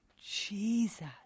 Jesus